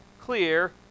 clear